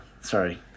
Sorry